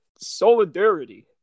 Solidarity